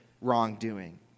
wrongdoing